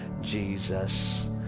Jesus